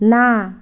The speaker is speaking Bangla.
না